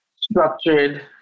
structured